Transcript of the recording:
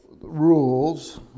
rules